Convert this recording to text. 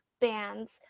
band's